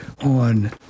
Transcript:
on